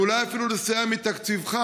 ואולי אפילו לסייע מתקציבך,